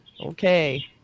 Okay